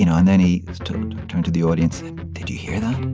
you know and then he turned turned to the audience did you hear that?